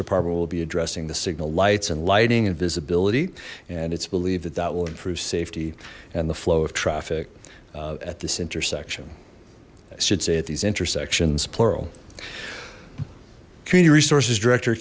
department will be addressing the signal lights and lighting and visibility and it's believed that that will improve safety and the flow of traffic at this intersection i should say at these intersections plural community resources director